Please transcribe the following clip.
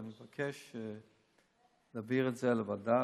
ואני מבקש להעביר את זה לוועדה,